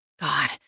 God